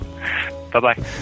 Bye-bye